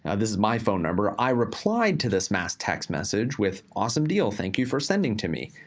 and this is my phone number, i replied to this mass text message with, awesome deal. thank you for sending to me.